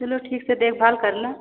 चलो ठीक है देखभाल करना